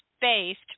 based